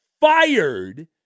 fired